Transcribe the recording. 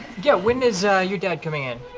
yeah, when is your dad coming in?